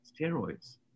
steroids